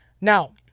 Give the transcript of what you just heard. Now